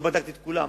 לא בדקתי את כולם,